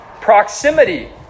proximity